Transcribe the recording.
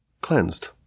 cleansed